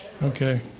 Okay